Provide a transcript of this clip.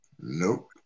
Nope